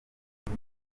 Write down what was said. ibi